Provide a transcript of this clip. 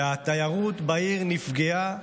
והתיירות בעיר נפגעה